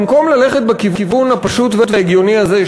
במקום ללכת בכיוון הפשוט וההגיוני הזה,